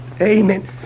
Amen